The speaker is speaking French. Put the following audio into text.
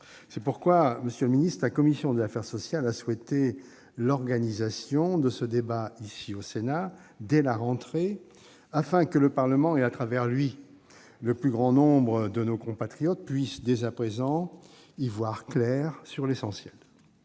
C'est pourquoi, monsieur le secrétaire d'État, la commission des affaires sociales a souhaité l'organisation de ce débat au Sénat dès la rentrée, afin que le Parlement et, à travers lui, le plus grand nombre de nos compatriotes puissent dès à présent y voir clair sur l'essentiel.